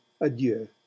adieu